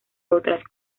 otras